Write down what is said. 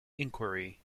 inquiry